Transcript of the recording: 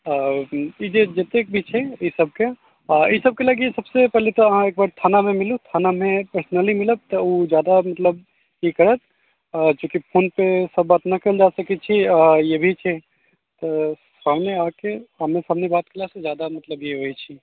आओर ई जे जतेक भी छै ई सबके आओर ई सबके लऽ कऽ सबसँ पहिले तऽ अहाँ एकबार थानामे मिलू थानामे पर्सनली मिलब तऽ ओ ज्यादे मतलब ई करत चूँकि फोनपर सब बात नहि कएल जा सकै छै आओर ई भी छै तऽ सामने आके आमने सामने बात कएलासँ ज्यादा ई होइ छै